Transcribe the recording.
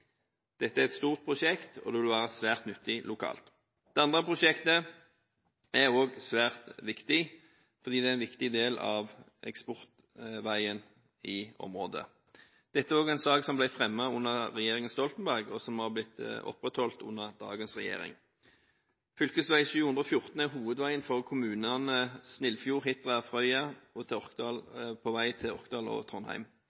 Dette er et stort prosjekt, og det vil være svært nyttig lokalt. Det andre prosjektet er òg svært viktig, fordi det er en viktig del av eksportveien i området. Dette er òg en sak som ble fremmet under regjeringen Stoltenberg, og som har blitt opprettholdt under dagens regjering. Fv. 714 er hovedveien for kommunene Snillfjord, Hitra og Frøya til Orkdal og Trondheim.